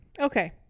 Okay